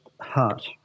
Heart